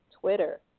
Twitter